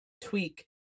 tweak